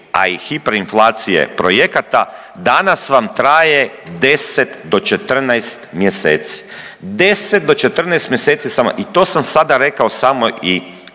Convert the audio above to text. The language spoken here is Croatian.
a i hiperinflacije projekata danas vam traje 10 do 14 mjeseci, 10 do 14 mjeseci samo i to sam sada rekao samo i